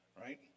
right